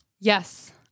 Yes